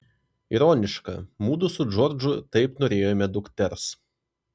ironiška mudu su džordžu taip norėjome dukters